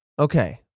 Okay